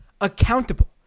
accountable